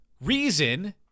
reason